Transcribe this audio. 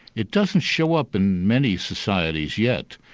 it doesn't show up in many societies yet.